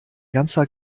ganzer